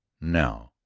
now,